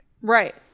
Right